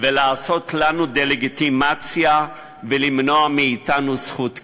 לעשות לנו דה-לגיטימציה ולמנוע מאתנו זכות קיום.